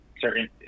certain